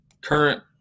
current